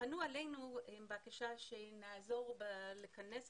פנו אלינו בבקשה שנעזור בכינוס